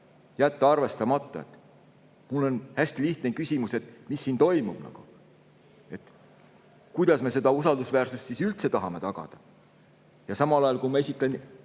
jätta arvestamata. Mul on hästi lihtne küsimus: mis siin toimub, kuidas me seda usaldusväärsust siis üldse tahame tagada? Samal ajal, kui ma esitan